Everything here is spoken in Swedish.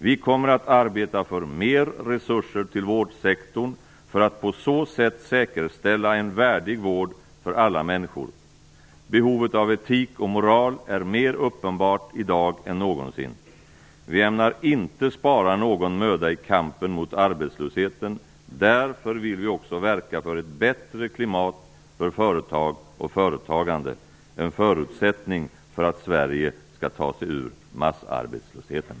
Vi kommer att arbeta för mer resurser till vårdsektorn för att på så sätt säkerställa en värdig vård för alla människor. Behovet av etik och moral är mer uppenbart i dag än någonsin. Vi ämnar inte spara någon möda i kampen mot arbetslösheten. Därför vill vi också verka för ett bättre klimat för företag och företagande. Det är en förutsättning för att Sverige skall ta sig ur massarbetslösheten.